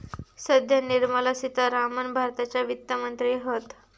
सध्या निर्मला सीतारामण भारताच्या वित्त मंत्री हत